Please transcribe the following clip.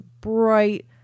bright